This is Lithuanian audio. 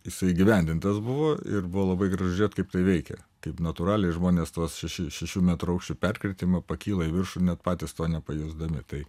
jisai įgyvendintas buvo ir buvo labai gražu žiūrėt kaip tai veikia kaip natūraliai žmones tuo šešių metrų aukščio perkritimu pakyla į viršų net patys to nepajusdami tai